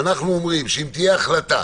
אנחנו אומרים שאם תהיה החלטה